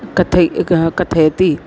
कथं कथयति